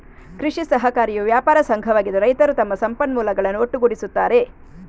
ಕೃಷಿ ಸಹಕಾರಿಯು ವ್ಯಾಪಾರ ಸಂಘವಾಗಿದ್ದು, ರೈತರು ತಮ್ಮ ಸಂಪನ್ಮೂಲಗಳನ್ನು ಒಟ್ಟುಗೂಡಿಸುತ್ತಾರೆ